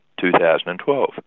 2012